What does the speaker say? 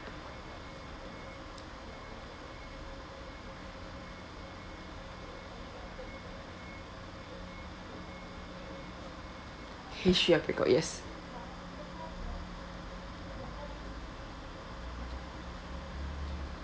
history of bangkok yes